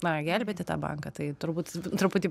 na gelbėti tą banką tai turbūt truputį